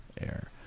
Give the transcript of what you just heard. air